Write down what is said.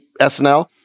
SNL